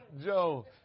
Joe